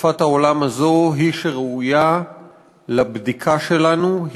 השקפת העולם הזאת היא שראויה לבדיקה שלנו,